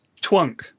twunk